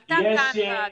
היא עלתה כאן בדיון.